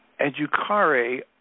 Educare